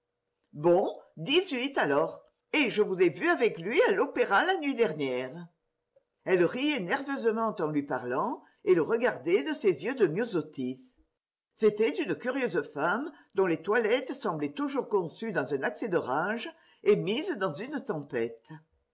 bon dix-huit alors et je vous ai vu avec lui à l'opéra la nuit dernière elle riait nerveusement en lui parlant et le regardait de ses yeux de myosotis c'était une curieuse femme dont les toilettes semblaient toujours conçues dans un accès de rage et mises dans une tempête